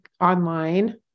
online